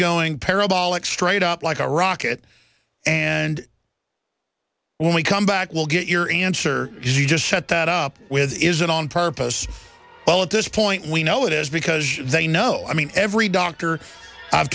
it's straight up like a rocket and when we come back we'll get your answer is you just shut that up with is it on purpose well at this point we know it is because they know i mean every doctor i've